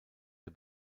der